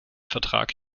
vertrag